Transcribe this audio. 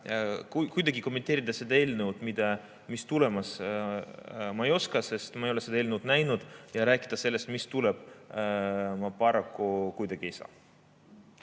saalis. Aga kommenteerida seda eelnõu, mis on tulemas, ma ei oska, sest ma ei ole seda näinud. Ja rääkida sellest, mis tuleb, ma paraku kuidagi ei saa.